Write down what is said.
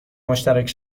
مشترک